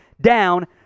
down